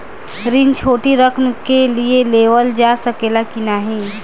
ऋण छोटी रकम के लिए लेवल जा सकेला की नाहीं?